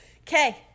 okay